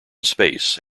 space